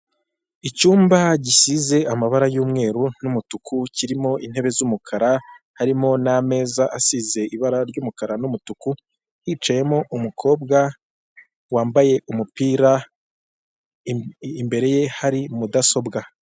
Icyumba gisize amabara y'umweru n'umutuku kirimo intebe z'umukara harimo n'ameza asize ibara ry'umukara n'umutuku, hicayemo umukobwa wambaye umupira imbere ye hari mudasobwa.